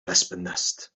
wespennest